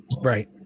Right